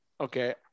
Okay